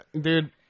dude